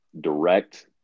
direct